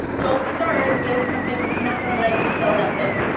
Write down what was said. don't start in something that's not going to let you sell that thing.